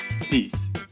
Peace